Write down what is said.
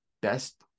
best